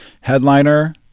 Headliner